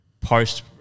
post